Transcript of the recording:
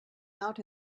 out